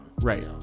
right